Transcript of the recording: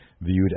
viewed